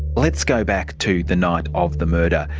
let's go back to the night of the murder.